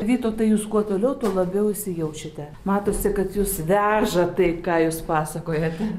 vytautai jūs kuo toliau tuo labiau įsijaučiate matosi kad jus veža tai ką jūs pasakojate